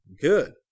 Good